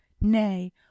nay